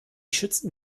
schützen